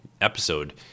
episode